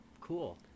Cool